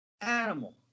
Animal